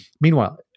Meanwhile